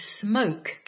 smoke